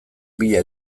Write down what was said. bila